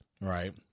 Right